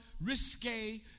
risque